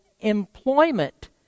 employment